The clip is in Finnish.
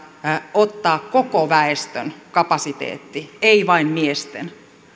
ottaa koko väestön kapasiteetti ei vain miesten